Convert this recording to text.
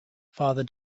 father